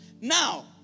Now